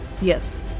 Yes